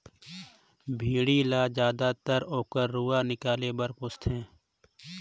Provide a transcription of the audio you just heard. भेड़ी ल जायदतर ओकर रूआ निकाले बर पोस थें